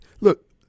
look